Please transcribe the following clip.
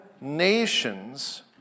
nations